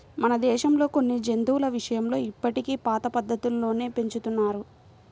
మన దేశంలో కొన్ని జంతువుల విషయంలో ఇప్పటికీ పాత పద్ధతుల్లోనే పెంచుతున్నారు